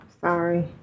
sorry